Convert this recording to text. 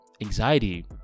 anxiety